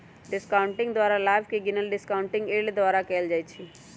discounting द्वारा लाभ के गिनल डिस्काउंटिंग यील्ड द्वारा कएल जाइ छइ